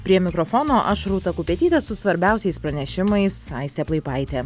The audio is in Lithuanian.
prie mikrofono aš rūta kupetytė su svarbiausiais pranešimais aistė plaipaitė